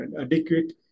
adequate